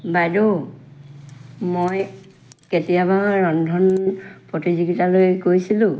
বাইদেউ মই কেতিয়াবা ৰন্ধন প্ৰতিযোগিতালৈ গৈছিলোঁ